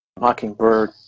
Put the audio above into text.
Mockingbird